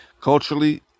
culturally